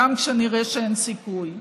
גם כשנראה שאין סיכוי.